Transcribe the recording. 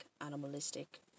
animalistic